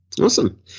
Awesome